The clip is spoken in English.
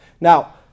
Now